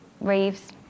Reeves